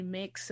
mix